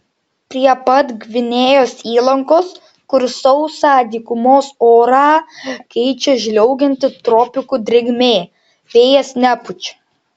prie pat gvinėjos įlankos kur sausą dykumos orą keičia žliaugianti tropikų drėgmė vėjas nepučia